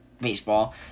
baseball